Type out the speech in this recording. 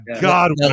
God